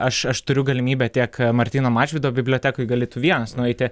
aš aš turiu galimybę tiek martyno mažvydo bibliotekoj gali tu vienas nueiti